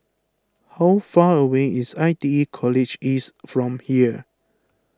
how far away is I T E College East from here